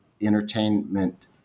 entertainment